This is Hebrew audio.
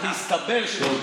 טוב,